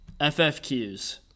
FFQs